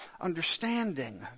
understanding